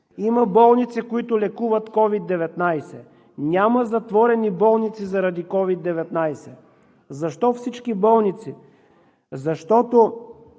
Има болници, които лекуват COVID-19. Няма затворени болници заради COVID-19! Защо всички болници? Защото